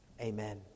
Amen